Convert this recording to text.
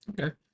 Okay